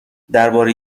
درباره